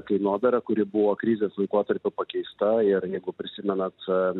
kainodara kuri buvo krizės laikotarpiu pakeista ir jeigu prisimenat